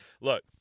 look